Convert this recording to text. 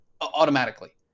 automatically